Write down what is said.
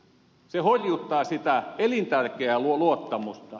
se horjuttaa sitä elintärkeää luottamusta